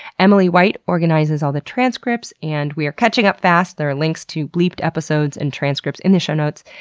emily white organizes all the transcripts and we are catching up fast. there are links to bleeped episodes and transcripts in the show notes.